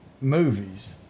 movies